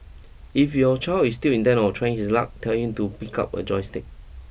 if your child is still intent on trying his luck tell him to pick up a joystick